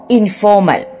informal